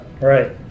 Right